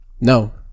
No